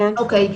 אוקי,